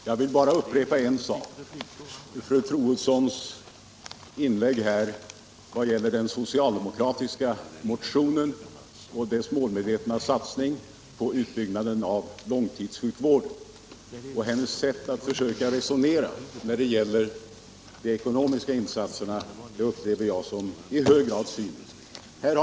Herr talman! Jag vill bara upprepa en sak. Fru Troedssons inlägg vad gäller den socialdemokratiska motionen och dess målmedvetna satsning på utbyggnaden av långtidssjukvården och hennes sätt att försöka resonera när det gäller de ekonomiska insatserna upplever jag som i hög grad cyniskt.